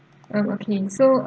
um okay so